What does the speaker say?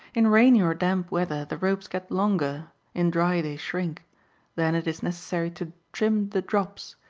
in rainy or damp weather the ropes get longer in dry they shrink then it is necessary to trim the drops,